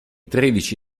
tredici